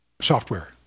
software